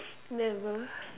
never